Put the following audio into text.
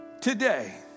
Today